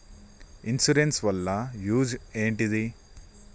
Insurance వాళ్ల use ఏంటిది?